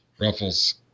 Ruffles